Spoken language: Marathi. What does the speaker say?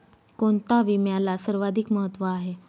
कोणता विम्याला सर्वाधिक महत्व आहे?